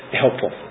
helpful